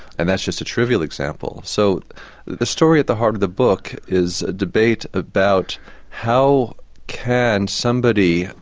and that's just a trivial example. so the story at the heart of the book is a debate about how can somebody,